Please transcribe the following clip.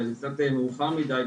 אבל זה קצת מאוחר מידיי,